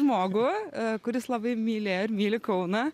žmogų kuris labai mylėjo ir myli kauną